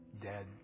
dead